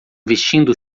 vestindo